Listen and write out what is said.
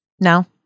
No